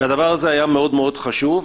הדבר הזה היה מאוד מאוד חשוב.